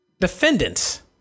defendants